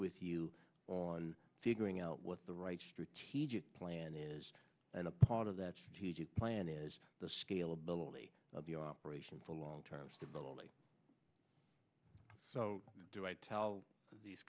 with you on figuring out what the right strategic plan is and a part of that strategic plan is the scale ability of the operation for long term stability so do i tell these